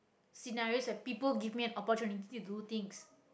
scenarios where people give me an opportunity do things